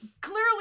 clearly